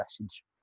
message